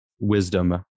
wisdom